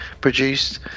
produced